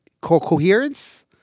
Coherence